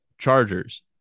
Chargers